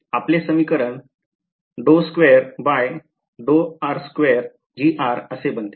आपले समीकरण असे बनते